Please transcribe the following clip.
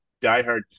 diehard